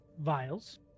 vials